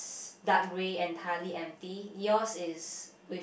dark green and tally empty yours is with